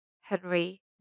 Henry